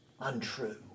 untrue